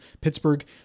Pittsburgh